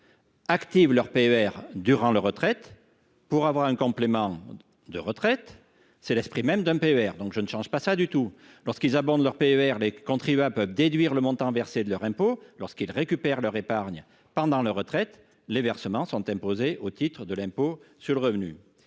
liquident leur PER à leur retraite pour toucher un complément de revenu, car tel est l’esprit même d’un PER, auquel nous ne touchons pas. Lorsqu’ils abondent leur PER, les contribuables peuvent déduire le montant versé de leur impôt ; lorsqu’ils récupèrent leur épargne pendant leur retraite, les versements sont imposés au titre de l’impôt sur le revenu.